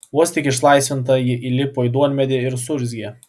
vos tik išlaisvinta ji įlipo į duonmedį ir suurzgė